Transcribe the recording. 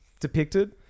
depicted